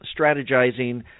strategizing